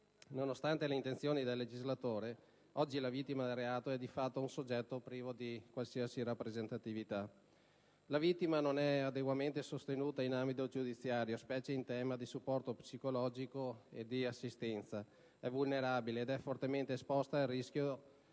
Nonostante le intenzioni del legislatore, oggi la vittima del reato è di fatto un soggetto privo di qualsiasi rappresentatività. La vittima non è adeguatamente sostenuta in ambito giudiziario, specie in tema di supporto psicologico e di assistenza; è vulnerabile ed è fortemente esposta al rischio